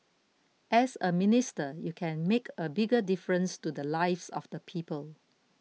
as a minister you can make a bigger difference to the lives of the people